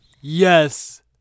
Yes